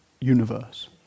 universe